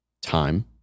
time